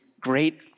great